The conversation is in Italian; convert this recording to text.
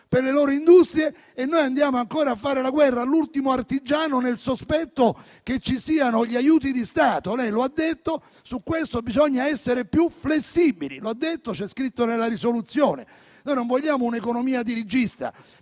per le loro industrie e noi, invece, andiamo ancora a fare la guerra all'ultimo artigiano nel sospetto che ci siano gli aiuti di Stato. Lei lo ha detto, su questo bisogna essere più flessibili, ed è scritto nella risoluzione. Noi non vogliamo un'economia dirigista,